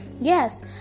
yes